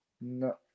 No